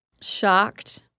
shocked—